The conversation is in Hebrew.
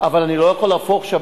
אבל אני לא יכול להפוך עכשיו,